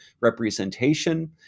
representation